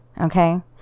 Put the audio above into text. Okay